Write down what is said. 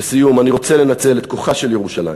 לסיום, אני רוצה לנצל את כוחה של ירושלים,